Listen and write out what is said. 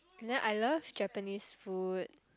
then I love Japanese food